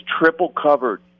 triple-covered